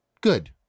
Good